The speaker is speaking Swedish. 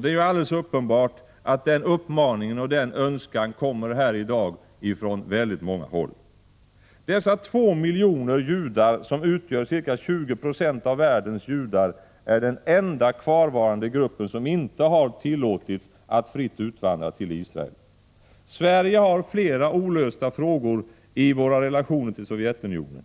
Det är alldeles uppenbart att den uppmaningen och den önskan kommer här i dag från väldigt många håll. Dessa två miljoner judar som utgör ca 20 96 av världens judar, är den enda kvarvarande gruppen som inte har tillåtits att fritt utvandra till Israel. Sverige har flera olösta frågor i relationerna till Sovjetunionen.